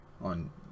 on